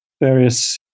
various